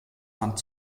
land